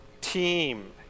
team